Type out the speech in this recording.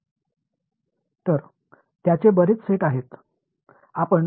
எனவே ஈகியூவேளன்ஸ் தேற்றம் என்ன கூறுகிறது என்று பார்ப்போம்